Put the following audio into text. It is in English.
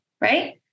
right